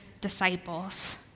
disciples